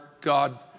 God